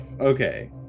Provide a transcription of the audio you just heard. Okay